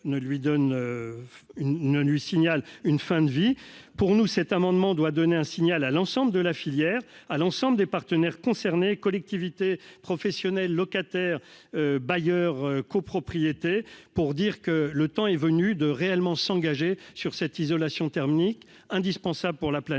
ne lui porte le coup de grâce. Pour nous, l'adoption de cet amendement doit adresser un signal à l'ensemble de la filière et des partenaires concernés- collectivités, professionnels, locataires, bailleurs, copropriétaires -, pour leur dire que le temps est venu de réellement s'engager sur cette isolation thermique, indispensable pour la planète,